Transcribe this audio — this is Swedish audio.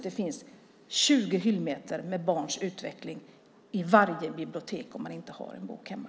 Det finns 20 hyllmeter om barns utveckling i varje bibliotek om man inte har en bok hemma.